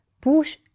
push